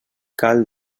cal